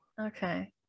Okay